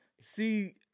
see